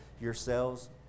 yourselves